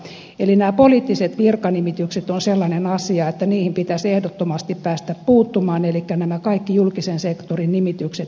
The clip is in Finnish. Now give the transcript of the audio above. eli nämä poliittiset virkanimitykset ovat sellainen asia että niihin pitäisi ehdottomasti päästä puuttumaan elikkä nämä kaikki julkisen sektorin nimitykset